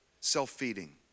self-feeding